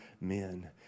men